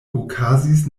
okazis